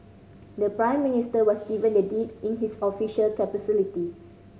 the Prime Minister was given the deed in his official capacity